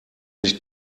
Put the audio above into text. nicht